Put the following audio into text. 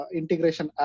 integration